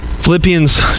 Philippians